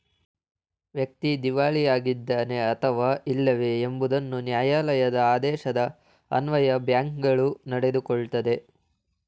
ವ್ಯಕ್ತಿ ದಿವಾಳಿ ಆಗಿದ್ದಾನೆ ಅಥವಾ ಇಲ್ಲವೇ ಎಂಬುದನ್ನು ನ್ಯಾಯಾಲಯದ ಆದೇಶದ ಅನ್ವಯ ಬ್ಯಾಂಕ್ಗಳು ನಡೆದುಕೊಳ್ಳುತ್ತದೆ